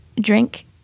drink